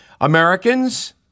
Americans